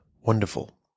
wonderful